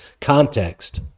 context